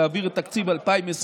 להעביר את תקציב 2021